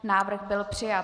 Návrh byl přijat.